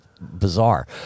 bizarre